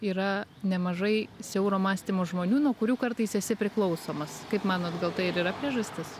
yra nemažai siauro mąstymo žmonių nuo kurių kartais esi priklausomas kaip manot gal tai ir yra priežastis